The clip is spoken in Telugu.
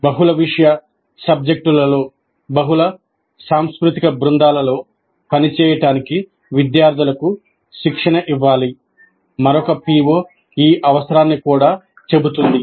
బహుళ విషయ సబ్జెక్టులలో బహుళ సాంస్కృతిక బృందాలలో పనిచేయడానికి విద్యార్థులకు శిక్షణ ఇవ్వాలి మరొక పిఒ ఈ అవసరాన్ని కూడా చెబుతుంది